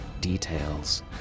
details